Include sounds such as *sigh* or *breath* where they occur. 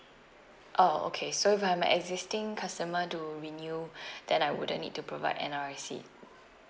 oh okay so if I'm a existing customer to renew *breath* then I wouldn't need to provide N_R_I_C